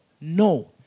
No